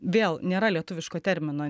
vėl nėra lietuviško termino